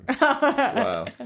Wow